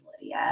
Lydia